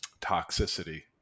toxicity